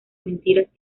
mentiras